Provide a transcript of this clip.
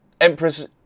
Empress